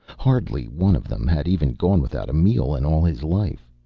hardly one of them had even gone without a meal in all his life.